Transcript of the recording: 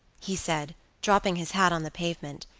he said dropping his hat on the pavement.